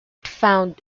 found